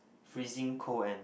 freezing cold and